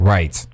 Right